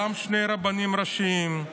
גם שני רבנים ראשיים,